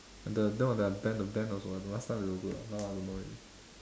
the no their band the band also I don't know last time they were good ah now I don't know already